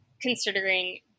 considering